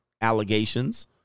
allegations